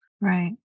Right